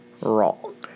wrong